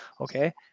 okay